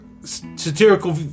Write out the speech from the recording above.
satirical